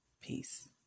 Peace